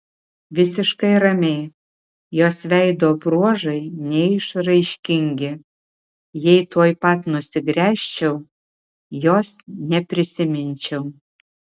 visiškai ramiai jos veido bruožai neišraiškingi jei tuoj pat nusigręžčiau jos neprisiminčiau